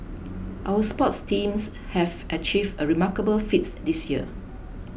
our sports teams have achieved remarkable feats this year